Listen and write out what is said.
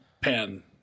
pen